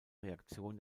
reaktion